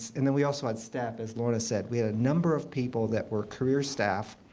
and then we also had staff, as lorna said. we had a number of people that were career staff.